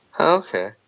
Okay